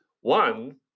One